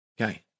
Okay